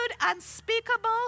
unspeakable